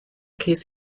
case